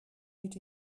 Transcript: niet